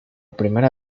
primera